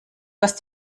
hast